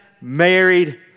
married